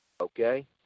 Okay